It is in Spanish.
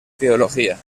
teología